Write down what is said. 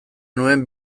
nuen